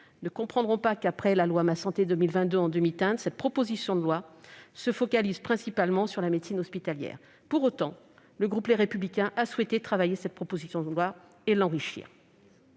ne comprendront pas qu'après une loi Ma santé 2022 en demi-teinte, cette proposition de loi se concentre principalement sur la médecine hospitalière. Pour autant, le groupe Les Républicains a souhaité travailler sur ce texte et l'enrichir.